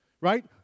right